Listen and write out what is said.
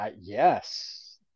yes